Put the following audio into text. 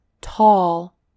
tall